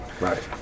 Right